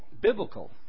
biblical